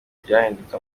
byahindutse